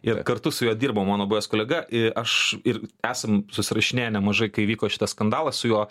ir kartu su juo dirbo mano buvęs kolega ir aš ir esam susirašinėję nemažai kai vyko šitas skandalas su juo